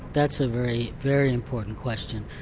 that's a very, very important question.